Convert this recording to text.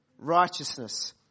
Righteousness